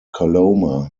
coloma